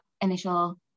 initial